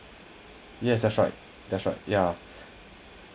yes that's right that's right ya